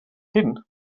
hin